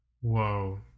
Whoa